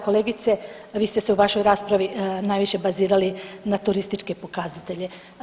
Kolegice vi ste se u vašoj raspravi najviše bazirali na turističke pokazatelje.